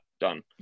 done